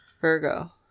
Virgo